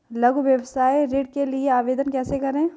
लघु व्यवसाय ऋण के लिए आवेदन कैसे करें?